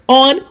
on